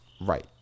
right